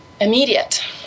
immediate